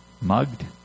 mugged